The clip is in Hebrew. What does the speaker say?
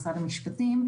משרד המשפטים,